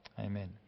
Amen